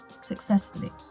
successfully